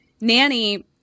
nanny